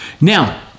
now